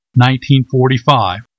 1945